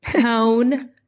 tone